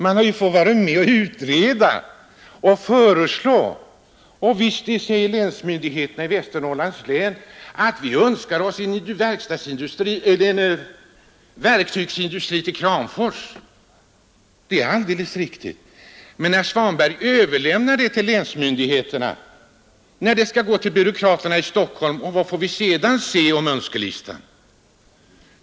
Man har ju fått vara med och utreda och föreslå, och visst säger länsmyndigheterna i Västernorrlands län att de önskar en verkstadsindustri i Kramfors. Det är alldeles riktigt. Men herr Svanberg överlämnar frågan till länsmyndigheterna varefter den skall gå till byråkraterna i Stockholm. Och vad får vi sedan se av önskelistan?